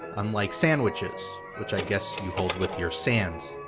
unlike sandwiches which i guess you hold with your sands.